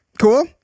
cool